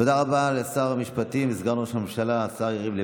תודה רבה לשר המשפטים וסגן ראש הממשלה השר יריב לוין.